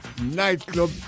nightclub